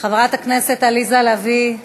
חברת הכנסת עליזה לביא,